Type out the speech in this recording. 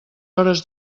hores